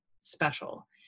special